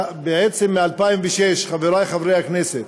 בעצם מ-2006, חברי חברי הכנסת,